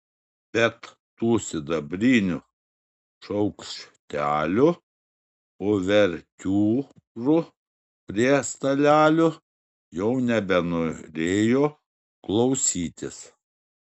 bet tų sidabrinių šaukštelių uvertiūrų prie stalelių jau nebenorėjo klausytis